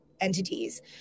entities